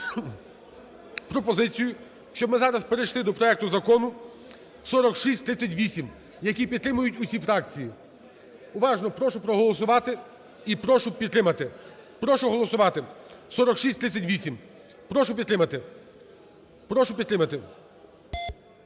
пропозицію, щоб ми зараз перейшли до проекту Закону 4638, який підтримують усі фракції. Уважно! Прошу проголосувати і прошу підтримати. Прошу голосувати 4638. Прошу підтримати. Прошу підтримати.